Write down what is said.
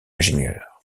ingénieur